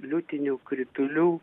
liūtinių kritulių